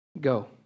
Go